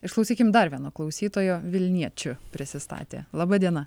išklausykim dar vieno klausytojo vilniečiu prisistatė laba diena